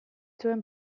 zuen